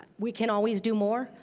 we can always do more.